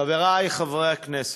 חברי חברי הכנסת,